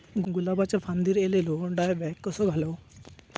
गुलाबाच्या फांदिर एलेलो डायबॅक कसो घालवं?